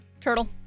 Turtle